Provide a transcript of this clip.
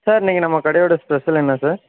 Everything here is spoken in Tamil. சார் இன்னக்கு நம்ம கடையோட ஸ்பெஷல் என்ன சார்